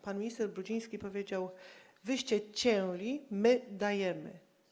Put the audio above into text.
Pan minister Brudziński powiedział: wyście cięli, my dajemy.